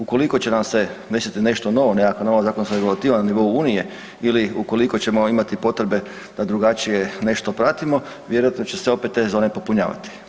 Ukoliko će nam se desiti nešto novo, neka nova zakonska regulativa na nivou Unije ili ukoliko ćemo imati potrebe da drugačije nešto pratimo, vjerojatno će se opet te zone popunjavati.